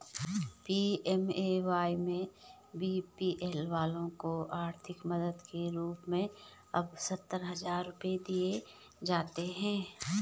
PMAY में BPL वालों को आर्थिक मदद के रूप में अब सत्तर हजार रुपये दिए जाते हैं